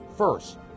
First